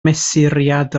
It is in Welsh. mesuriad